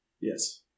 Yes